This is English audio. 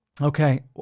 Okay